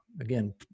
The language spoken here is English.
again